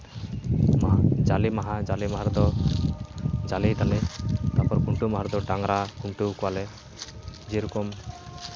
ᱡᱟᱞᱮ ᱢᱟᱦᱟ ᱡᱟᱞᱮ ᱢᱟᱦᱟ ᱨᱮᱫᱚ ᱡᱟᱞᱮᱭᱟᱫᱮᱞᱮ ᱛᱟᱨᱯᱚᱨ ᱠᱷᱩᱱᱴᱟᱹᱣ ᱢᱟᱦᱟ ᱨᱮᱫᱚ ᱰᱟᱝᱨᱟ ᱠᱷᱩᱱᱴᱟᱹᱣ ᱠᱚᱣᱟᱞᱮ ᱡᱮᱨᱚᱠᱚᱢ